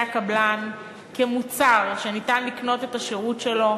הקבלן כאל מוצר שניתן לקנות את השירות שלו,